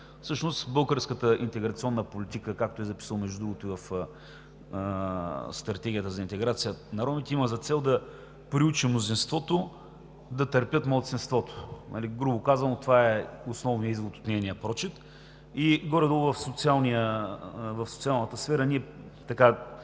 правилно. Българската интеграционна политика, както е записано между другото и в Стратегията за интеграция на ромите, има за цел да приучи мнозинството да търпи малцинството – грубо казано. Това е основният извод от нейния прочит и горе-долу в социалната сфера ние